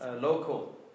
local